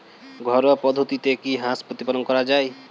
ঘরোয়া পদ্ধতিতে কি হাঁস প্রতিপালন করা যায়?